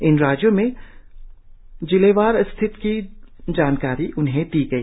इन राज्यों में जिलेवार स्थिति की जानकारी उन्हें दी गई